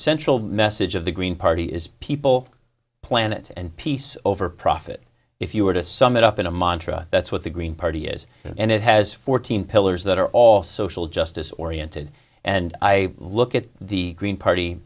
central message of the green party is people planet and peace over profit if you were to sum it up in a montra that's what the green party is and it has fourteen pillars that are all social justice oriented and i look at the green party